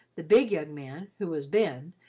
the big young man, who was ben,